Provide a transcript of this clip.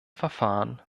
verfahren